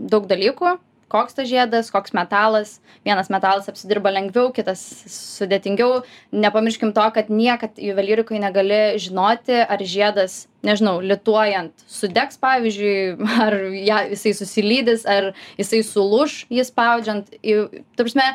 daug dalykų koks tas žiedas koks metalas vienas metalas apsidirba lengviau kitas sudėtingiau nepamirškim to kad niekad juvelyrikoj negali žinoti ar žiedas nežinau lituojant sudegs pavyzdžiui ar ją jisai susilydys ar jisai sulūš jį spaudžiant ta prasme